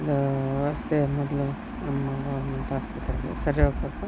ಒಂದು ವ್ಯವಸ್ಥೆ ಮೊದಲು ನಮ್ಮ ಗೌರ್ಮೆಂಟ್ ಆಸ್ಪತ್ರೆಗಳು ಸರಿ ಹೋಗ್ಬೇಕು